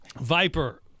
Viper